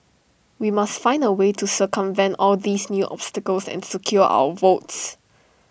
we must find A way to circumvent all these new obstacles and secure our votes